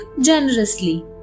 generously